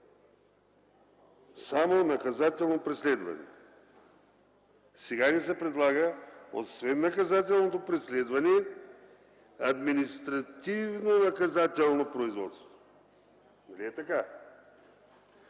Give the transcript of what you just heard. само наказателно преследване. Сега ни се предлага освен наказателното преследване и административнонаказателно производство, нали е така?